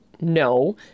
No